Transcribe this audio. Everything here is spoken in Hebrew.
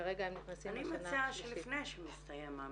כרגע הם נכנסים לשנה השלישית -- אני מציעה שלפני